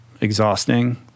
exhausting